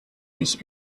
mich